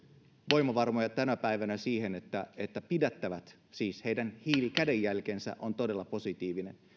voimavaroja tänä päivänä siihen että että pidättävät siis heidän hiilikädenjälkensä on todella positiivinen